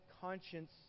conscience